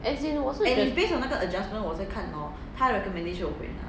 as it 我是觉得